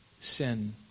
sin